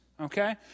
okay